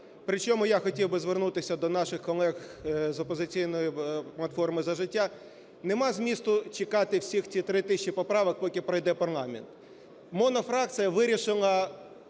Причому я хотів би звернутися до наших колег з "Опозиційної платформи - За життя". Нема змісту чекати всіх тих 3 тисячі поправок, поки пройде парламент. Монофракція вирішила